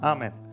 Amen